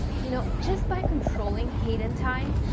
you know just by controlling heat and time,